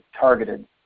targeted